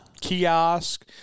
Kiosk